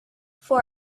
for